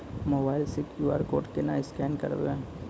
Mobile से QR code केना scan करबै?